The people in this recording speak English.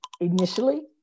initially